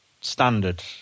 Standard